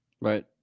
Right